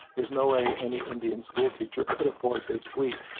there's no way any indian school teacher could afford this suite.